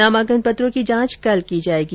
नामांकन पत्रों की जांच कल की जायेगी